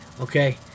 Okay